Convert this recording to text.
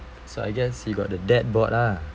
so I guess you got the dad bod lah